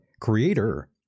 creator